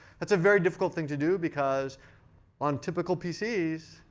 that's a very difficult thing to do, because on typical pcs,